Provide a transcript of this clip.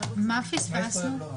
מה יעשו?